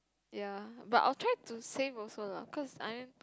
ya but I'll try to save also lah cause I mean